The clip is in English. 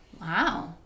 Wow